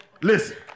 listen